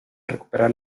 recuperar